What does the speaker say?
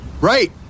Right